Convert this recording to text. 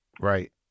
right